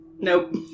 Nope